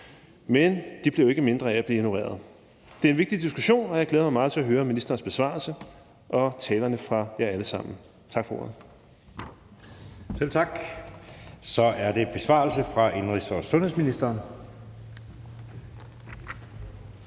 Men de bliver jo ikke mindre af at blive ignoreret. Det er en vigtig diskussion, og jeg glæder mig meget til at høre ministerens besvarelse og talerne fra jer alle sammen. Tak for ordet. Kl. 17:55 Anden næstformand (Jeppe Søe): Selv tak. Så er der en besvarelse fra indenrigs- og sundhedsministeren. Kl.